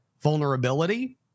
vulnerability